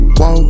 whoa